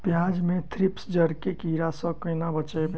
प्याज मे थ्रिप्स जड़ केँ कीड़ा सँ केना बचेबै?